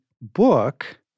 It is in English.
book